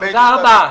תודה רבה.